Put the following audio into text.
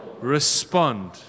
respond